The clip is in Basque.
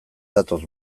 datoz